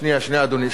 שנייה, שנייה, אדוני.